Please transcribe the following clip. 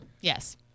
Yes